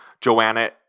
Joanna